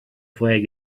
flag